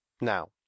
now